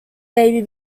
baby